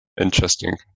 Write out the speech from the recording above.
Interesting